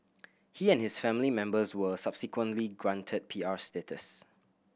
he and his family members were subsequently granted P R status